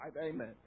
Amen